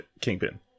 Kingpin